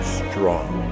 strong